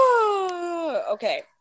Okay